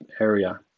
area